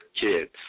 kids